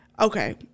Okay